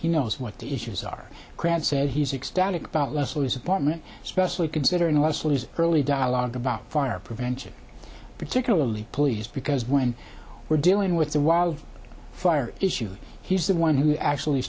he knows what the issues are crowd said he's ecstatic about leslie's apartment especially considering leslie's early dialogue about fire prevention particularly police because when we're dealing with the wild fire issue he's the one who actually